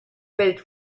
feld